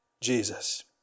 Jesus